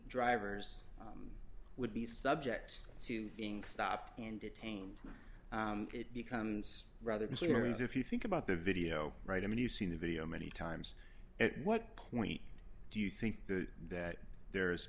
drivers would be subject to being stopped and detained it becomes rather than serious if you think about the video right i mean you've seen the video many times at what point do you think that there